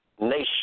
nation